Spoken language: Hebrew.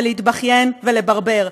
ולהתבכיין ולברבר.